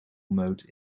mode